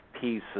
pieces